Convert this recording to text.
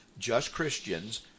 justchristians